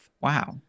Wow